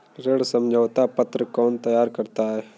ऋण समझौता पत्र कौन तैयार करता है?